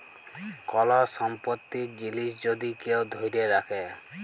call সম্পত্তির জিলিস যদি কেউ ধ্যইরে রাখে